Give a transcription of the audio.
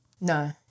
No